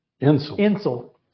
Insul